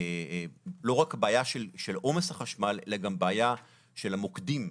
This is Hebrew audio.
לא רק הבעיה של עומס החשמל אלא גם הבעיה של המוקדים.